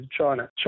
China